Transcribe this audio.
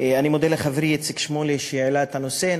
אני מודה לחברי איציק שמולי שהעלה את הנושא.